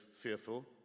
fearful